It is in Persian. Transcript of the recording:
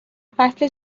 فصل